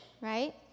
right